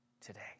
today